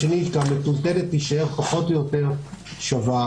שהמטוטלת תישאר פחות או יותר שווה.